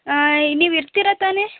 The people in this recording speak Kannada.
ಹಾಂ ನೀವು ಇರ್ತಿರ ತಾನೆ